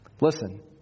Listen